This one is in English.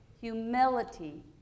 humility